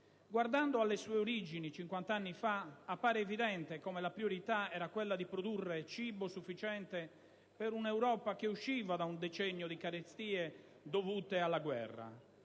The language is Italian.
Guardando alle sue origini, cinquant'anni fa, appare evidente come la priorità era quello di produrre cibo sufficiente per un'Europa che usciva da un decennio di carestie dovute alla guerra: